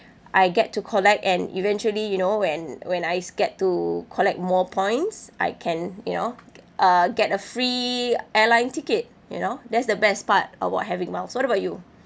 I get to collect and eventually you know when when I get to collect more points I can you know uh get a free airline ticket you know that's the best part about having miles what about you